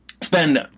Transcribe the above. spend